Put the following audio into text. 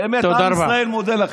באמת, עם ישראל מודה לכם.